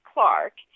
Clark